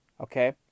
Okay